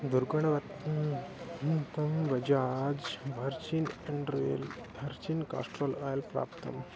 दुर्गुणवत्तं किं त्वं वजाज् भर्जिन् अण्ड्रेल् भर्चिन् कास्ट्रोल् आयिल् प्राप्तम्